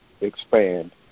expand